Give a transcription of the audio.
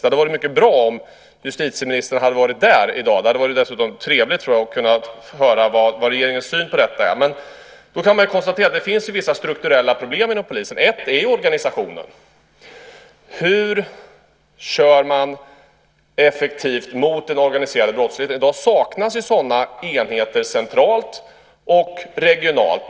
Det hade varit mycket bra om justitieministern hade varit där i dag. Det hade dessutom varit trevligt, tror jag, att höra vad regeringens syn på detta är. Men man kan konstatera att det finns vissa strukturella problem inom polisen. Ett är organisationen. Hur kör man effektivt mot den organiserade brottsligheten? I dag saknas sådana enheter centralt och regionalt.